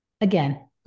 again